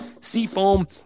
Seafoam